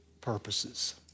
purposes